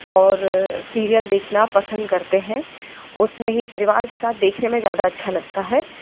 और सीरियल देखना पसंद करते हैं उसमें ही परिवार के साथ देखने में ज़्यादा अच्छा लगता है